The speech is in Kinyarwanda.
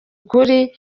ukuri